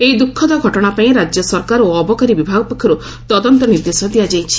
ଏହି ଦୁଃଖଦ ଘଟଣା ପାଇଁ ରାଜ୍ୟ ସରକାର ଓ ଅବକାରୀ ବିଭାଗ ପକ୍ଷରୁ ତଦନ୍ତ ନିର୍ଦ୍ଦେଶ ଦିଆଯାଇଛି